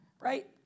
right